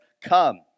come